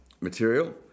material